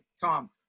tom